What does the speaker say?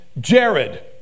Jared